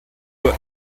uhr